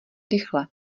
rychle